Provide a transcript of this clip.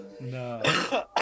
No